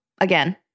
again